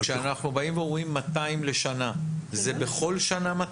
כשאנחנו באים ואומרים 200 לשנה, זה בכל שנה 200?